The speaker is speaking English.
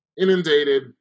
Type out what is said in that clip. inundated